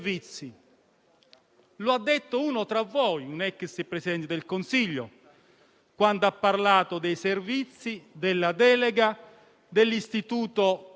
l'altro giorno, parlando del Presidente del Consiglio, l'ho definito come Gollum nella saga «Il signore degli anelli».